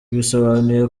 bisobanuye